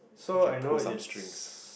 can pull some strings